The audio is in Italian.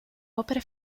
opere